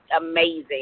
amazing